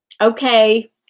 okay